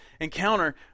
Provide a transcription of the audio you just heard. encounter